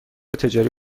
تجاری